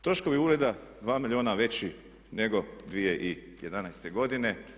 Troškovi ureda 2 milijuna veći nego 2011. godine.